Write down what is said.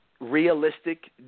Realistic